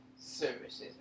Services